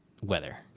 weather